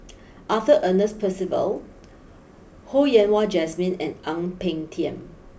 Arthur Ernest Percival Ho Yen Wah Jesmine and Ang Peng Tiam